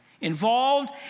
involved